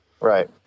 Right